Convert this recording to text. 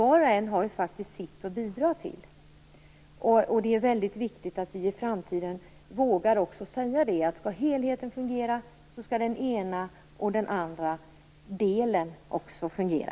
Var och en har faktiskt sitt att bidra med. Det är mycket viktigt att vi i framtiden också vågar säga att om helheten skall fungera skall den ena och den andra delen också fungera.